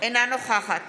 נוכחת